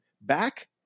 back